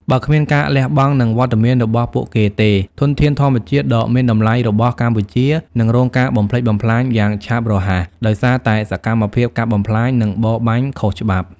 បើគ្មានការលះបង់ និងវត្តមានរបស់ពួកគេទេ ធនធានធម្មជាតិដ៏មានតម្លៃរបស់កម្ពុជានឹងរងការបំផ្លិចបំផ្លាញយ៉ាងឆាប់រហ័ស ដោយសារតែសកម្មភាពកាប់បំផ្លាញ និងបរបាញ់ខុសច្បាប់។